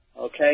Okay